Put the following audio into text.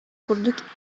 курдук